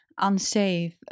unsafe